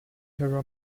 her